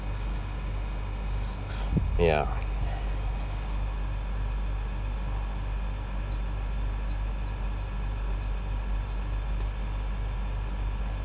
ya